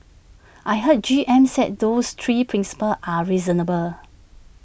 I heard G M said those three principles are reasonable